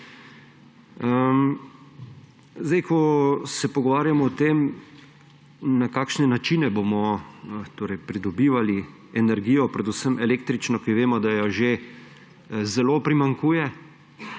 Ko se pogovarjamo o tem, na kakšne načine bomo pridobivali energijo, predvsem električno, ki vemo, da jo že zelo primanjkuje,